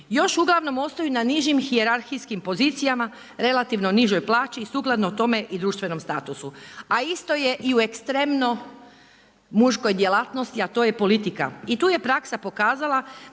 još uglavnom ostaju na nižim hijerarhijskim pozicijama relativno nižoj plaći i sukladno tome i društvenom statusu, a isto je i u ekstremno muškoj djelatnosti, a to je politika. I tu je praksa pokazala